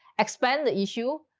expand the issue.